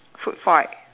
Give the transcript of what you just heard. food fight